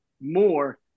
more